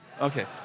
Okay